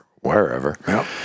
wherever